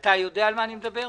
-- אתה יודע על מה אני מדבר?